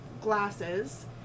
glasses